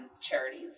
charities